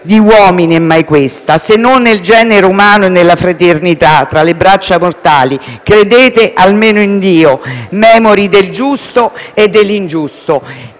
di uomini è mai questa?». Se non nel genere umano e nella fraternità tra le braccia mortali, credete almeno in Dio, memore del giusto e dell'ingiusto.